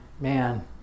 man